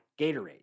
Gatorade